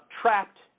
trapped